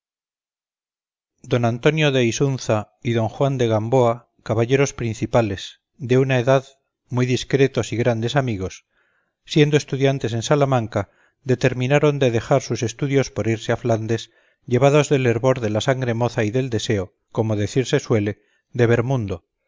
don antonio de isunza y don juan de gamboa caballeros principales de una edad misma muy discretos y grandes amigos siendo estudiantes en salamanca determinaron de dejar sus estudios por irse á flándes llevados del hervor de la sangre moza y del deseo como decirse suele de ver mundo